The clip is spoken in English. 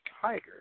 Tiger